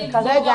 אבל כרגע,